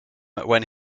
when